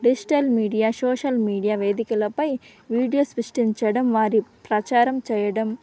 digital media social media వేదికలపై videos సృష్టించడం వారి ప్రచారం చేయడం